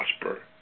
prosper